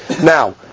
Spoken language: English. now